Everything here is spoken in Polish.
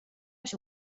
się